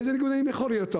איזה ניגוד עניינים יכול להיות?